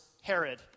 Herod